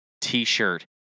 t-shirt